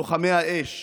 לוחמי האש,